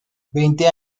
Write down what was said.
veinte